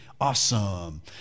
awesome